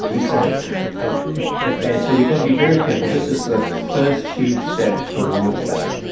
exactly. and and so you've got to be very careful, this is the first huge step towards that,